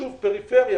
שוב, פריפריה.